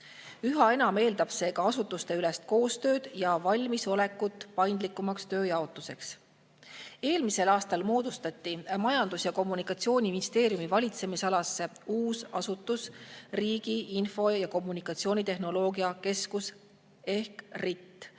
Üha enam eeldab see ka asutusteülest koostööd ja valmisolekut paindlikumaks tööjaotuseks. Eelmisel aastal moodustati Majandus‑ ja Kommunikatsiooniministeeriumi valitsemisalas uus asutus Riigi Info‑ ja Kommunikatsioonitehnoloogia Keskus ehk RIT,